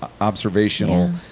observational